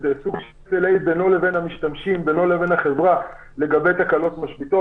--- בינו לבין המשתמשים ובינו לבין החברה לגבי תקלות משביתות.